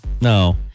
No